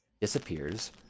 Disappears